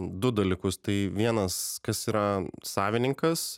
du dalykus tai vienas kas yra savininkas